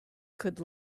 could